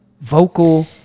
vocal